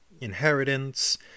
inheritance